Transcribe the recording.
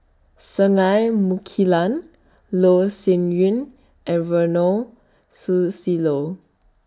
Singai Mukilan Loh Sin Yun and Ronald Susilo